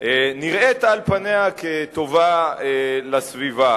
נראית על פניה כטובה לסביבה,